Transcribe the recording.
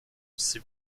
c’est